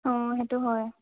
অঁ সেইটো হয়